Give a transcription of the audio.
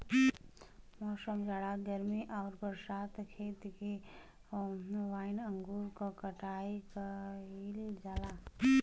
मौसम, जाड़ा गर्मी आउर बरसात देख के वाइन अंगूर क कटाई कइल जाला